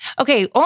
okay